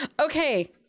Okay